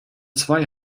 zwei